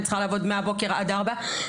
אני צריכה לעבוד מהבוקר עד השעה 16:00,